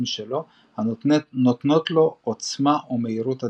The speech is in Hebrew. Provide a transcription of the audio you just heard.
משלו הנותנת לו עוצמה ומהירות אדירה.